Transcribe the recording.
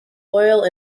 oil